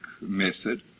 method